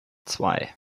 zwei